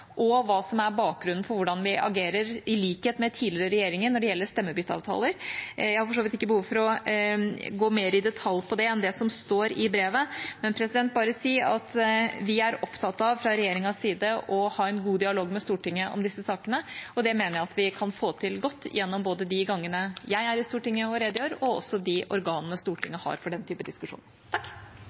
og hva som er bakgrunnen for hvordan vi agerer, i likhet med tidligere regjeringer, når det gjelder stemmebytteavtaler. Jeg har for så vidt ikke behov for å gå mer i detalj på det enn det som står i brevet, men bare si at vi er opptatt av fra regjeringas side å ha en god dialog med Stortinget om disse sakene. Det mener jeg at vi kan få til godt gjennom både de gangene jeg er i Stortinget og redegjør, og de organene Stortinget har for den